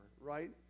right